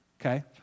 okay